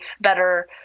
better